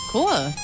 Cool